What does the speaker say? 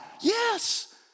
Yes